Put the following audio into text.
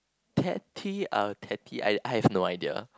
I have no idea